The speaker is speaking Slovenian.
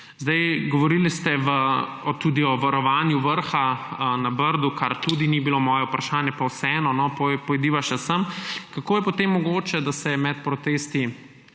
Govorili ste o varovanju vrha na Brdu, kar tudi ni bilo moje vprašanje, pa vseeno pojdiva še sem. Kako je potem mogoče, da se je med protestniki